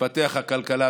תתפתח הכלכלה,